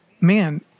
man